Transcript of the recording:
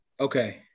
Okay